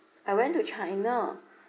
I went to china